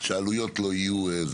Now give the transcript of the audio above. שהעלויות לא יהיו...